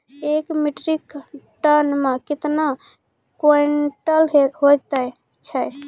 एक metric ton मे कतवा क्वींटल हैत छै?